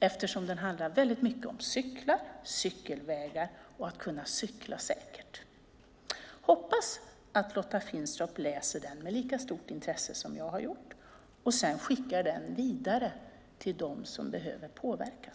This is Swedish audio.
eftersom den handlar mycket om cyklar, cykelvägar och att cykla säkert. Jag hoppas att Lotta Finstorp läser budkavlen med lika stort intresse som jag har gjort och sedan skickar den vidare till dem som behöver påverkas.